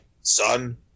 son